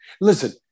Listen